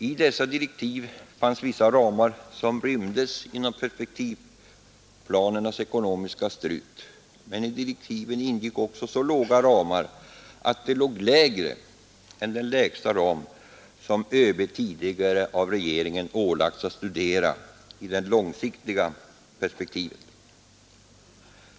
I dessa direktiv fanns vissa ramar som rymdes inom perspektivplanernas ekonomiska ”strut”, men i direktiven ingick även ramar som låg lägre än den lägsta ram som ÖB tidigare av regeringen ålagts att studera i det långsiktiga perspektivet.